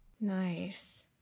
Nice